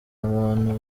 abantu